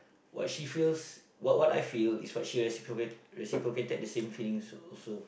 what she feels what what I feel is what she reciprocate reciprocated the same feelings also